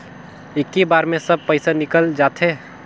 इक्की बार मे सब पइसा निकल जाते?